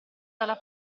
dalla